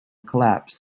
collapse